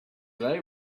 they